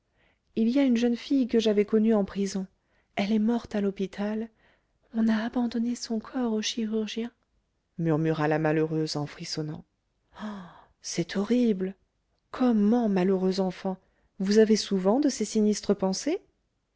il y a une jeune fille que j'avais connue en prison elle est morte à l'hôpital on a abandonné son corps aux chirurgiens murmura la malheureuse en frissonnant ah c'est horrible comment malheureuse enfant vous avez souvent de ces sinistres pensées